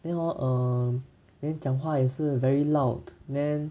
then hor err then 讲话也是 very loud then